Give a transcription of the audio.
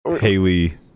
Haley